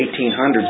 1800s